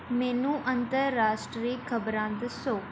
ਮੈਨੂੰ ਅੰਤਰਰਾਸ਼ਟਰੀ ਖਬਰਾਂ ਦੱਸੋ